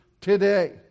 today